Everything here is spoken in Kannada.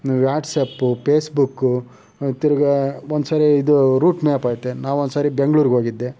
ವ್ಯಾಟ್ಸಪ್ಪು ಪೇಸ್ಬುಕ್ಕು ತಿರುಗಾ ಒಂದ್ಸಲ ಇದು ರೂಟ್ ಮ್ಯಾಪ್ ಐತೆ ನಾವು ಒಂದ್ಸಲ ಬೆಂಗ್ಳೂರಿಗೋಗಿದ್ದೆ